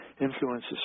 influences